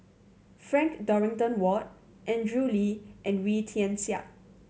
Frank Dorrington Ward Andrew Lee and Wee Tian Siak